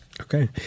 Okay